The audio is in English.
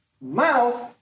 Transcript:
mouth